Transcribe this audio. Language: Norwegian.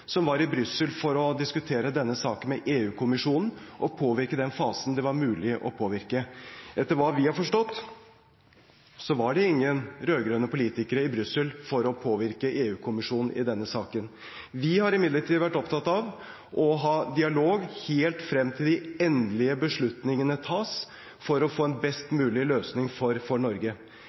som var i Brussel for å diskutere denne saken med EU-kommisjonen og påvirke i den fasen det var mulig å påvirke. Etter hva vi har forstått, var det ingen rød-grønne politikere i Brussel for å påvirke EU-kommisjonen i denne saken. Vi har imidlertid vært opptatt av å ha dialog helt frem til de endelige beslutningene tas, for å få en best mulig løsning for Norge.